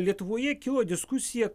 lietuvoje kilo diskusija